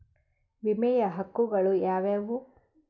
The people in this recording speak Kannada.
ವಿಮೆಯ ಹಕ್ಕುಗಳು ಯಾವ್ಯಾವು?